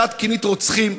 שאת כינית רוצחים,